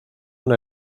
una